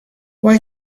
why